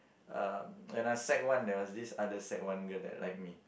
uh when I sec-one there was this other sec-one girl that like me